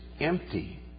empty